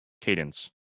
cadence